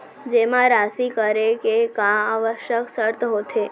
जेमा राशि करे के का आवश्यक शर्त होथे?